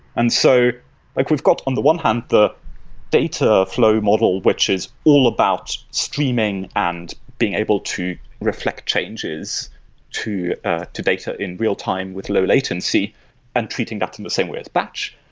and so like we've got, on the one hand, the dataflow model which is all about streaming and being able to reflect changes to ah to data in real-time with low latency and treating that in the same way as batch.